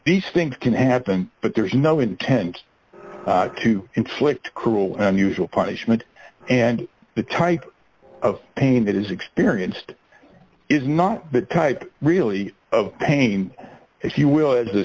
these things can have been but there's no intent to inflict cruel and unusual punishment and the type of pain that is experienced is not but type really of pain if you will